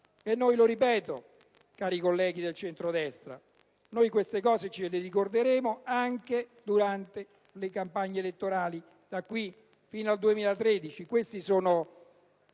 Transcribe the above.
i cittadini. Cari collegi del centrodestra, noi queste cose le ricorderemo anche durante le campagne elettorali, da qui fino al 2013.